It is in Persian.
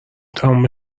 تمام